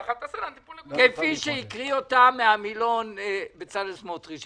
כפי שהקריא אותה מן המילון בצלאל סמוטריץ'